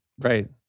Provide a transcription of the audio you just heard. Right